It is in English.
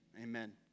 Amen